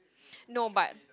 no but